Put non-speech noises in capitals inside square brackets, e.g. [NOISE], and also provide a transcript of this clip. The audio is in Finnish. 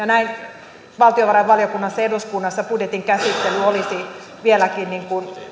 [UNINTELLIGIBLE] näin valtiovarainvaliokunnassa ja eduskunnassa budjetin käsittely olisi vieläkin